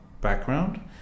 background